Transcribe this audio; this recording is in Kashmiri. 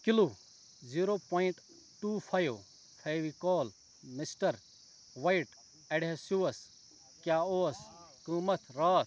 kilo zero point two five Fevicol mister white adhesives کیٛاہ اوس قۭمتھ راتھ